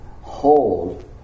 hold